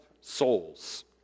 souls